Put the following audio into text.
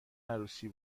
عروسی